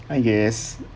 I guess